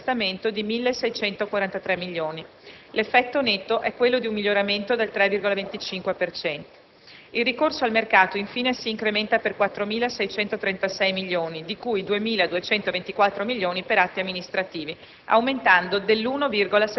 con un peggioramento dovuto all'assestamento di 1.643 milioni: l'effetto netto è quello di un miglioramento del 3,25 per cento. Il ricorso al mercato, infine, si incrementa per 4.636 milioni (di cui 2.224 milioni per atti amministrativi),